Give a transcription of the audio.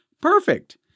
Perfect